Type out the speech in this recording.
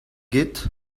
get